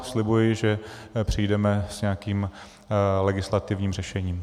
Slibuji, že přijdeme s nějakým legislativním řešením.